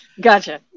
Gotcha